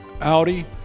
Audi